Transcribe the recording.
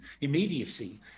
immediacy